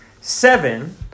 Seven